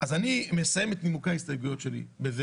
אז אני מסיים את נימוקי ההסתייגויות שלי בזה